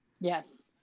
Yes